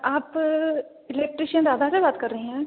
आप इलेक्ट्रीशियन दादा से बात कर रही हैं